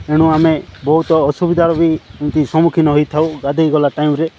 ଏଣୁ ଆମେ ବହୁତ ଅସୁବିଧାର ବି ଏମିତି ସମ୍ମୁଖୀନ ହୋଇଥାଉ ଗାଧୋଇଗଲା ଟାଇମ୍ରେ